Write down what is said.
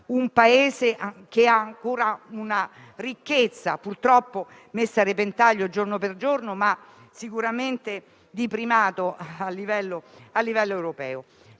un Paese che ha ancora una ricchezza, purtroppo messa a repentaglio giorno dopo giorno, ma sicuramente di primato a livello europeo.